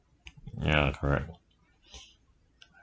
ya correct